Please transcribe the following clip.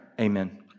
Amen